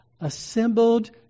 assembled